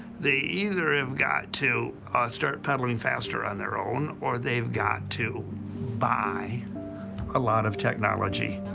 they either have got to start pedaling faster on their own, or they've got to buy a lot of technology.